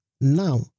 now